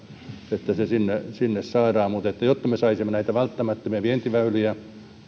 että se sinne sinne saadaan mutta jotta me saisimme näitä välttämättömiä vientiväyliä